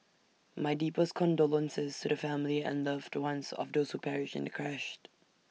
my deepest condolences to the families and loved ones of those who perished in the crashed